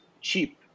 cheap